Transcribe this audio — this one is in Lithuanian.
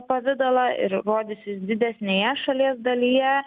pavidalą ir rodysis didesnėje šalies dalyje